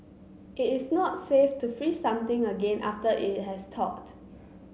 it is not safe to freeze something again after it has thawed